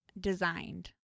designed